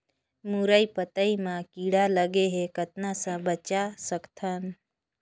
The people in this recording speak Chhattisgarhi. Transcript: मुरई पतई म कीड़ा लगे ह कतना स बचा सकथन?